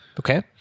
Okay